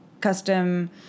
custom